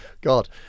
God